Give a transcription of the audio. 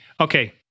Okay